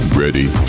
Ready